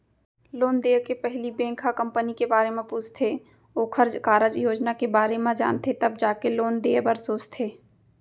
loan देय के पहिली बेंक ह कंपनी के बारे म पूछथे ओखर कारज योजना के बारे म जानथे तब जाके लोन देय बर सोचथे